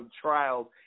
trials